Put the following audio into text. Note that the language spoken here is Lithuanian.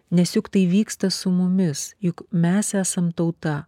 nes juk tai vyksta su mumis juk mes esam tauta